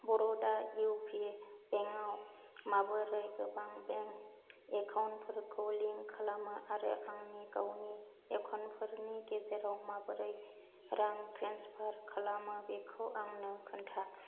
बार'डा इउ पि बेंकआव माबोरै गोबां बेंक एकाउन्टफोरखौ लिंक खालामो आरो आंनि गावनि एकाउन्टफोरनि गेजेराव माबोरै रां ट्रेन्सफार खालामो बेखौ आंनो खोन्था